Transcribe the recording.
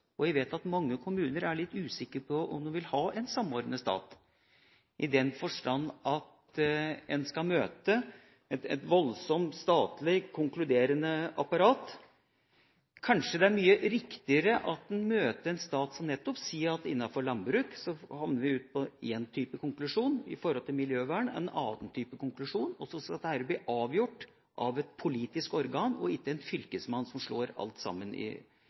stat. Jeg vet at mange kommuner er litt usikre på om de vil ha en samordnet stat, i den forstand at en skal møte et voldsomt, statlig konkluderende apparat. Kanskje det er mye riktigere at en møter en stat som nettopp sier at innenfor landbruk havner vi på én type konklusjon, når det gjelder miljøvern, en annen type konklusjon, og så skal dette bli avgjort av et politisk organ og ikke av en fylkesmann som slår i alt sammen. Det er en måte å beholde det politiske i